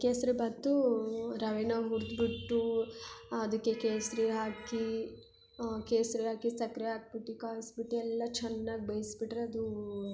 ಕೇಸರಿ ಭಾತು ರವೇನ ಹುರ್ದುಬಿಟ್ಟು ಅದಕ್ಕೆ ಕೇಸರಿ ಹಾಕಿ ಕೇಸರಿ ಹಾಕಿ ಸಕ್ಕರೆ ಹಾಕ್ಬಿಟ್ಟಿ ಕಾಯಿಸ್ಬಿಟ್ಟು ಎಲ್ಲ ಚೆನ್ನಾಗಿ ಬೇಯಿಸಿಬಿಟ್ರೆ ಅದು